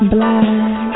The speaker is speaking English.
Black